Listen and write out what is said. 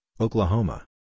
Oklahoma